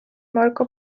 marko